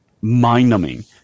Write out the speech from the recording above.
mind-numbing